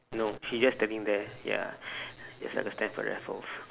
no he just standing there ya just like the stamford raffles